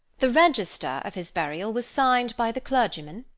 the register of his burial was signed by the clergyman,